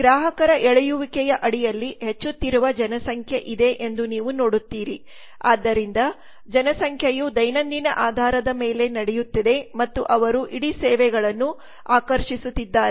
ಗ್ರಾಹಕರ ಎಳೆಯುವಿಕೆಯ ಅಡಿಯಲ್ಲಿ ಹೆಚ್ಚುತ್ತಿರುವ ಜನಸಂಖ್ಯೆ ಇದೆ ಎಂದು ನೀವು ನೋಡುತ್ತೀರಿ ಆದ್ದರಿಂದ ಜನಸಂಖ್ಯೆಯು ದೈನಂದಿನ ಆಧಾರದ ಮೇಲೆ ನಡೆಯುತ್ತಿದೆ ಮತ್ತು ಅವರು ಇಡೀ ಸೇವೆಗಳನ್ನು ಆಕಷಿ೯ಸುತ್ತಿದ್ದಾರೆ